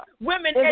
Women